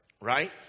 right